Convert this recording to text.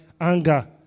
anger